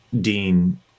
Dean